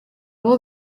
abo